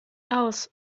aus